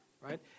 right